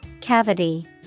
Cavity